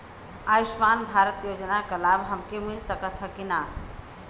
आयुष्मान भारत योजना क लाभ हमके मिल सकत ह कि ना?